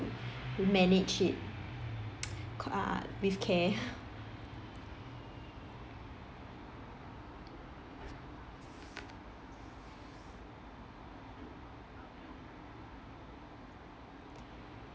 manage it uh with care